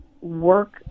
work